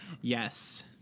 yes